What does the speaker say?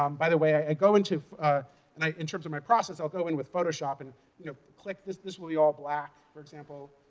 um by the way i go into and in terms of my process i'll go in with photoshop, and you know click this. this will be all black for example.